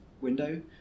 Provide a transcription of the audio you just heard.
window